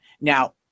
Now